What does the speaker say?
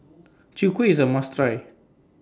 Chwee Kueh IS A must Try